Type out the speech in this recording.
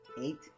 Eight